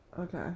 Okay